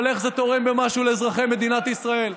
אבל איך זה תורם במשהו לאזרחי מדינת ישראל?